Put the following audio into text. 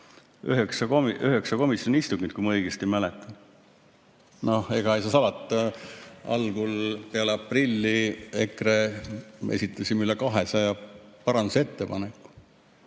üheksa komisjoni istungit, kui ma õigesti mäletan. Noh, ega ei saa salata, peale aprilli EKRE esitas üle 200 parandusettepaneku.